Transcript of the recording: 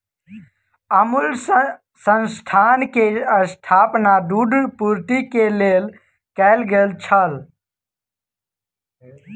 अमूल संस्थान के स्थापना दूध पूर्ति के लेल कयल गेल छल